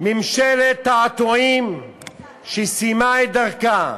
ממשלת תעתועים שסיימה את דרכה.